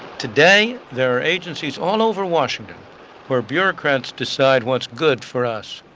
today there are agencies all over washington where bureaucrats decide what's good for us.